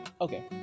okay